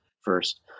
first